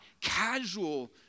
casual